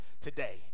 today